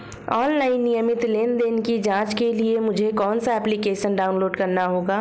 Online नियमित लेनदेन की जांच के लिए मुझे कौनसा एप्लिकेशन डाउनलोड करना होगा?